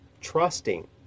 trusting